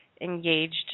engaged